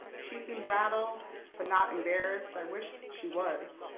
she seemed rattled but not embarrassed. i wish she was.